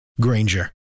Granger